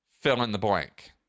fill-in-the-blank